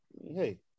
hey